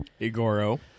Igoro